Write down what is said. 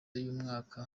y’umwaka